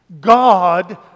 God